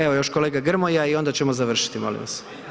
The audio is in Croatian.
Evo još kolega Grmoja i onda ćemo završiti molim vas.